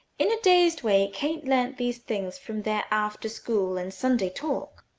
in a dazed way, kate learned these things from their after-school and sunday talk,